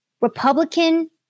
Republican